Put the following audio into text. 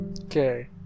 Okay